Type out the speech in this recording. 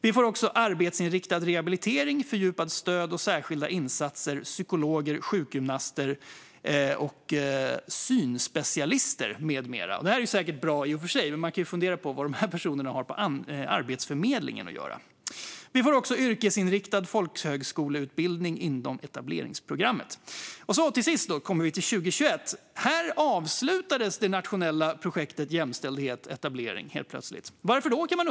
Vi fick arbetsinriktad rehabilitering, fördjupat stöd och särskilda insatser - psykologer, sjukgymnaster, synspecialister med mera. Det är i och för sig säkert bra, men man kan ju fundera på vad de personerna har på Arbetsförmedlingen att göra. Vi fick också yrkesinriktad folkhögskoleutbildning till etableringsprogrammet. Till sist kommer vi till 2021. Då avslutades helt plötsligt det nationella EU-projektet för jämställd etablering. Varför då?